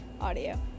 audio